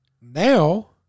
Now